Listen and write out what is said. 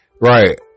right